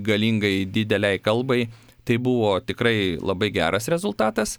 galingai didelei kalbai tai buvo tikrai labai geras rezultatas